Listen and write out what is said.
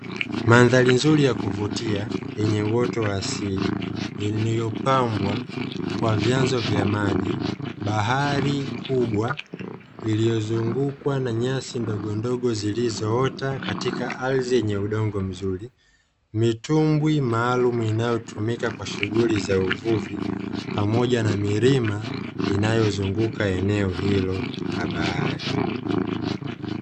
Mandhari nzuri ya kuvutia yenye uoto wa asili iliyopambwa kwa vyanzo vya maji, bahari kubwa iliyozungukwa na nyasi ndogondogo zilizoota katika ardhi yenye udongo mzuri; mitumbwi maalumu inayotumika kwa shughuli za uvuvi, pamoja na milima inayozunguka eneo hilo la bahari.